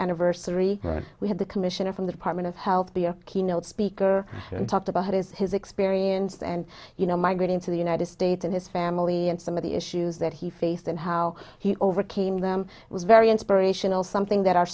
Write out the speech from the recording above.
anniversary we had the commissioner from the department of health the keynote speaker talked about is his experience and you know migrating to the united states and his family and some of the issues that he faced and how he overcame them was very inspirational something that our